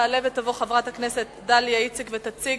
תעלה ותבוא חברת הכנסת דליה איציק ותציג